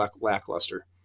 lackluster